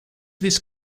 this